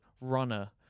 runner